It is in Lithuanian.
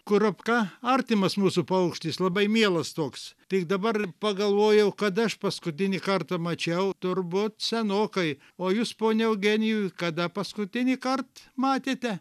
kurapka artimas mūsų paukštis labai mielas toks tik dabar pagalvojau kada aš paskutinį kartą mačiau turbūt senokai o jūs pone eugenijui kada paskutinįkart matėte